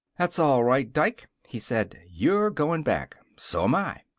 that's all right, dike, he said. you're going back. so'm i.